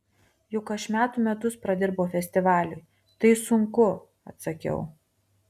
juk aš metų metus pradirbau festivaliui tai sunku atsakiau